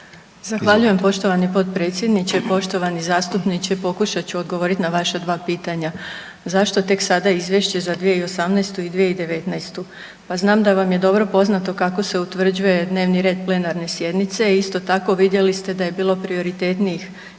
Zahvaljujem poštovani potpredsjedniče. Poštovani zastupniče pokušat ću odgovoriti na vaša 2 pitanja. Zašto tek sada izvješće za 2018. i 2019., pa znam da vam je dobro poznato kako se utvrđuje dnevni red plenarne sjednice, isto tako vidjeli ste da je bilo prioritetnijih i